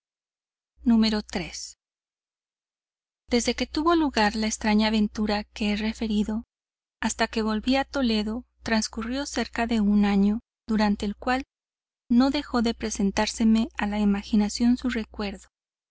desde que tuvo lugar la extraña aventura que he referido hasta que volví a toledo transcurrió cerca de año durante el cual no dejó de presentárseme a la imaginación su recuerdo